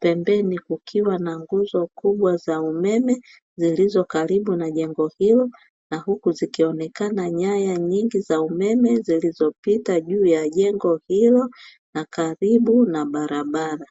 pembeni kukiwa na nguzo kubwa za umeme zilizokaribu na jengo hilo huku zikionekana nyaya nyingi za umeme zilizopita juu ya jengo hilo, karibu na barabara.